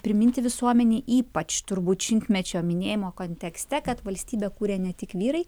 priminti visuomenei ypač turbūt šimtmečio minėjimo kontekste kad valstybę kūrė ne tik vyrai